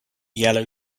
yellow